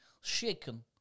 shaken